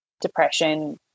depression